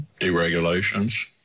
deregulations